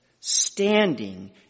Standing